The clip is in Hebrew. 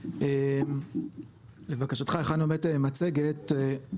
לבקשתך הכנו באמת מצגת,